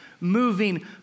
moving